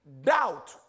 doubt